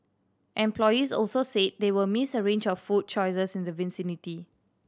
employees also said they will miss the range of food choices in the vicinity